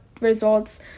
results